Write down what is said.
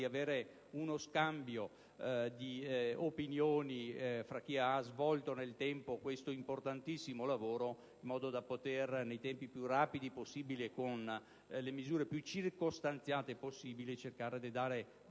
ad uno scambio di opinioni con chi ha svolto nel tempo questo importantissimo lavoro, in modo da fornire nei tempi più rapidi possibili e con le misure più circostanziate possibili delle risposte ai soldati